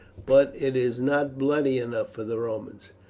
but it is not bloody enough for the romans.